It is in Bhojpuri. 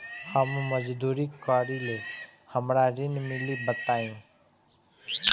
हम मजदूरी करीले हमरा ऋण मिली बताई?